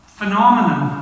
phenomenon